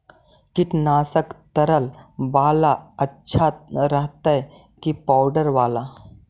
कीटनाशक तरल बाला अच्छा रहतै कि पाउडर बाला?